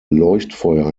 leuchtfeuer